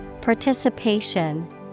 Participation